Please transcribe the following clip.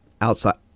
outside